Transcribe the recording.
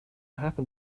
happen